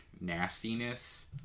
nastiness